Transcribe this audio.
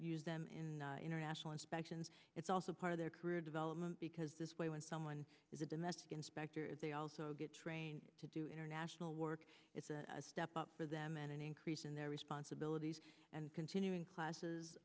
use them in international inspections it's also part of their career development because this way when someone is a domestic inspector they also get trained to do international work it's a step up for them and an increase in their responsibilities and continuing classes